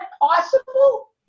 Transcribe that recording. possible